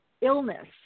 illness